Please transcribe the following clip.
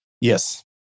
Yes